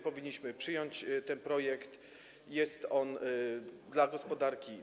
Powinniśmy przyjąć ten projekt, bo jest on dobry dla gospodarki.